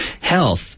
health